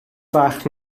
fach